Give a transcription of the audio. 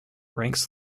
ranks